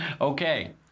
Okay